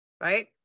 right